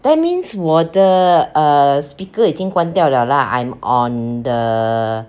that means 我的 uh speaker 已经关掉 liao lah I'm on the